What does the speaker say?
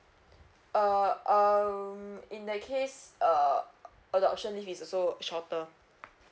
uh um in that case uh adoption leave is also shorter